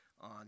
on